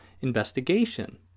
investigation